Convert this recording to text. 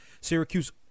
Syracuse